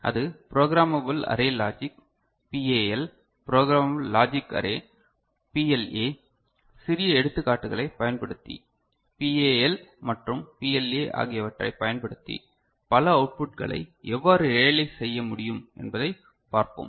அது programmable array logic PAL programmable logic array PLA சிறிய எடுத்துக்காட்டுகளைப் பயன்படுத்தி பிஏஎல் மற்றும் பிஎல்ஏ ஆகியவற்றைப் பயன்படுத்தி பல அவுட்புட்களை எவ்வாறு ரியலைஸ் செய்ய முடியும் என்பதைப் பார்ப்போம்